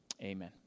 amen